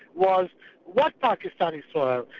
was what pakistani soil?